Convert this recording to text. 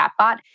chatbot